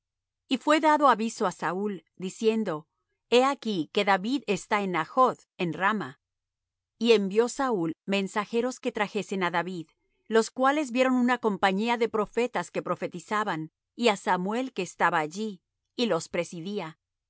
y fué dado aviso á saúl diciendo he aquí que david está en najoth en rama y envió saúl mensajeros que trajesen á david los cuales vieron una compañía de profetas que profetizaban y á samuel que estaba allí y los presidía y